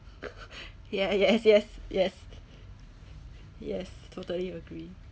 ya yes yes yes yes totally agree